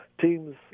teams